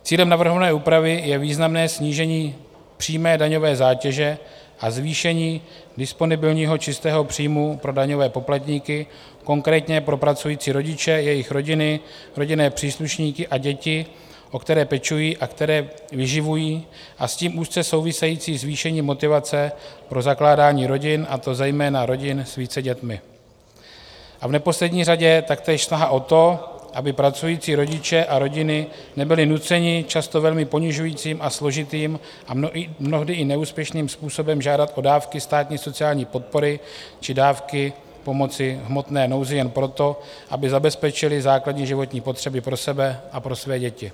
Cílem navrhované úpravy je významné snížení přímé daňové zátěže a zvýšení disponibilního čistého příjmu pro daňové poplatníky, konkrétně pro pracující rodiče, jejich rodiny, rodinné příslušníky a děti, o které pečují a které vyživují, a s tím úzce související zvýšení motivace pro zakládání rodin, a to zejména rodin s více dětmi, a v neposlední řadě taktéž snaha o to, aby pracující rodiče a rodiny nebyli nuceni často velmi ponižujícím, složitým a mnohdy i neúspěšným způsobem žádat o dávky státní sociální podpory či dávky pomoci v hmotné nouzi jen proto, aby zabezpečili základní životní potřeby pro sebe a pro své děti.